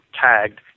tagged